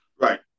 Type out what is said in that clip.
Right